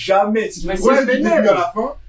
Jamais